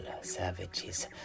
savages